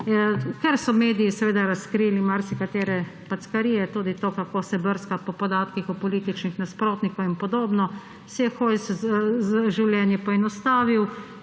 Ker so mediji razkrili marsikatere packarije, tudi to, kako se brska po podatkih političnih nasprotnikov in podobno, si je Hojs življenje poenostavil.